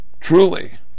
Truly